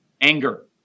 Anger